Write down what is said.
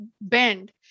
bend